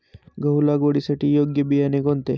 गहू लागवडीसाठी योग्य बियाणे कोणते?